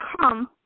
come